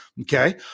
Okay